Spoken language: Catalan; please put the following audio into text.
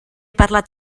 parlat